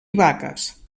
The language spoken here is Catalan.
vaques